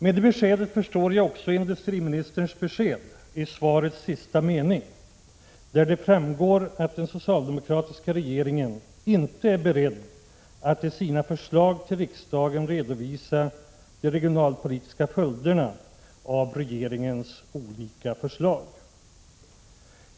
Med det beskedet förstår jag också industriministerns besked i svarets sista mening, där det framgår att den socialdemokratiska regeringen inte är beredd att i sina förslag till riksdagen redovisa de regionalpolitiska följderna av regeringens olika förslag.